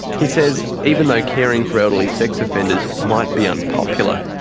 he says even though caring for elderly sex offenders might be unpopular,